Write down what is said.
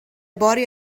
body